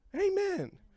Amen